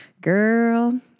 Girl